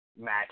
match